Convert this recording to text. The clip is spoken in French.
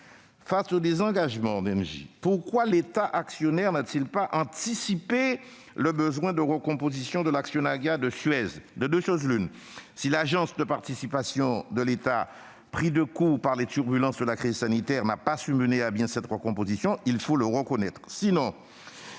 Face au désengagement d'Engie, pourquoi l'État actionnaire n'a-t-il pas anticipé le besoin de recomposition de l'actionnariat de Suez ? De deux choses l'une : si l'Agence des participations de l'État, prise de court par les turbulences de la crise sanitaire, n'a pas pu mener à bien cette recomposition, il faut le reconnaître.